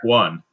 one